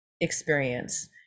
experience